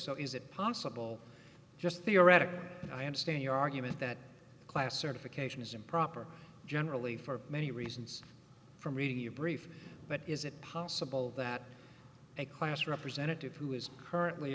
so is it possible just theoretically and i understand your argument that class certification is improper generally for many reasons from reading a brief but is it possible that a class representative who is currently